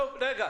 טכנית